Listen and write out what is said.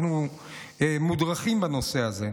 אנחנו מודרכים בנושא הזה.